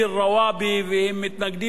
והם מתנגדים לכיבוש,